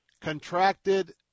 contracted